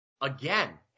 Again